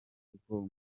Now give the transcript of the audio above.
kuko